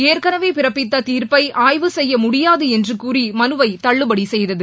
ஏற்கனவே பிறப்பித்த தீர்ப்பை ஆய்வு செய்ய முடியாது என்று கூறி மனுவை தள்ளுபடி செய்தது